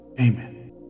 Amen